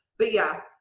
but, yeah.